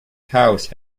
house